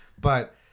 But-